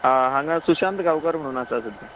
आं हांगा सुशांत गांवकर म्हुणून आसा सद्या